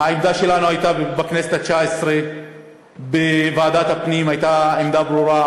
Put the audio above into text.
העמדה שלנו בכנסת התשע-עשרה בוועדת הפנים הייתה עמדה ברורה: